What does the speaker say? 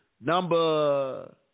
Number